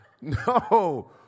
No